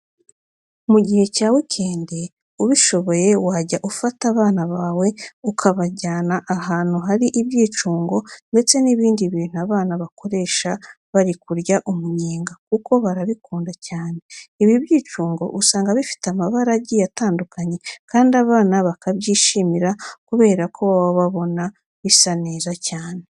Mu gihe cya weekend ubishoboye wajya ufata abana bawe ukabajyana ahantu hari ibyicungo ndetse n'ibindi bintu abana bakoresha bari kurya umunyenga kuko barabikunda cyane. Ibi byicungo usanga bifite amabara agiye atandukanye kandi abana bakabyishimira kubera ko baba babona bisa neza cyane.